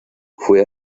fue